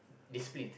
discipline